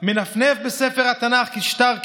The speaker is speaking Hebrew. מנפנף בספר התנ"ך כשטר קניין,